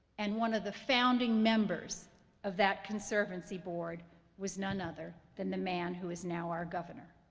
and one of the founding members of that conservancy board was none other than the man who is now our governor.